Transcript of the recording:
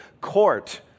court